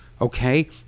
okay